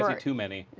too many.